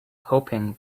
hoping